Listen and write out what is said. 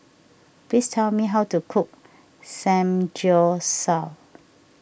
please tell me how to cook Samgyeopsal